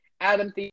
Adam